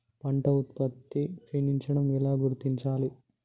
పంట ఉత్పత్తి క్షీణించడం ఎలా గుర్తించాలి?